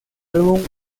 álbum